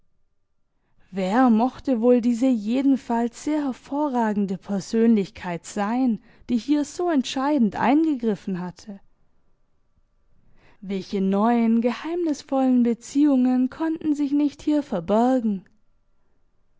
wer mochte wohl diese jedenfalls sehr hervorragende persönlichkeit sein die hier so entscheidend eingegriffen hatte welche neue geheimnisvolle beziehungen konnten sich nicht hier verbergen